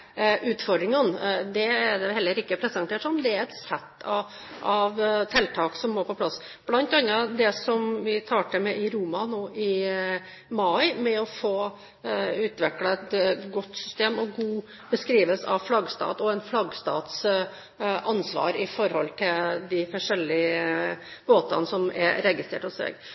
utfordringene. Det er det heller ikke presentert som. Det er et sett av tiltak som må på plass. Blant annet tar vi til med i Roma nå i mai å få utviklet et godt system og en god beskrivelse av en flaggstat og av en flaggstats ansvar i forhold til de forskjellige båtene som er registrert